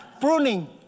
Pruning